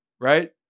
right